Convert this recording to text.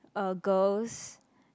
uh girls